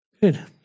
Good